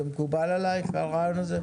מקובל עליך הרעיון הזה?